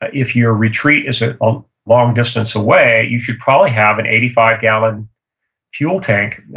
if your retreat is a um long distance away, you should probably have an eighty five gallon fuel tank.